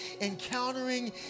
encountering